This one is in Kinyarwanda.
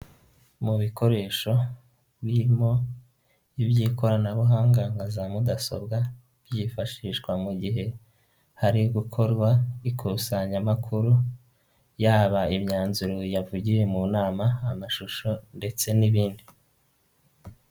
Mu bikoresho birimo iby'ikoranabuhanga nka za mudasobwa, byifashishwa mu gihe hari gukorwa ikusanyamakuru, yaba imyanzuro yavugiwe mu nama, amashusho ndetse n'ibindi.